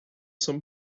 some